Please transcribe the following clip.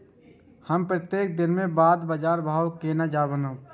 हम प्रत्येक दिन के बाद बाजार भाव केना जानब?